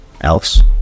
Elves